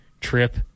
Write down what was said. Trip